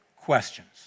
questions